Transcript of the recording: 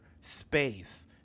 space